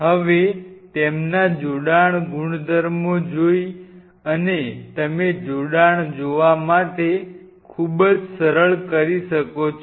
હવે તેમના જોડાણ ગુણધર્મો જોઈ અને તમે જોડાણ જોવા માટે ખૂબ જ સરળ કરી શકો છો